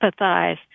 empathize